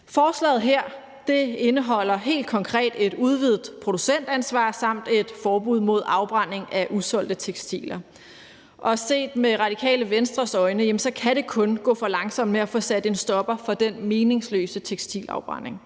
Forslaget her indeholder helt konkret et udvidet producentansvar samt et forbud mod afbrænding af usolgte tekstiler. Set med Radikale Venstres øjne kan det kun gå for langsomt med at få sat en stopper for den meningsløse tekstilafbrænding.